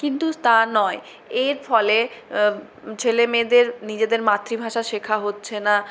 কিন্তু তা নয় এর ফলে ছেলেমেয়েদের নিজেদের মাতৃভাষা শেখা হচ্ছে না